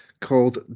called